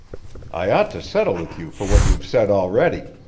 i ought to settle with you for what you've said already.